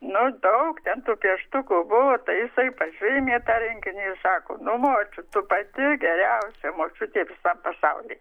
nu daug ten tų pieštukų buvo tai jisai pasiėmė tą rinkinį ir sako nu močiut tu pati geriausia močiutė visam pasauly